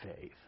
faith